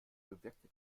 bewirkte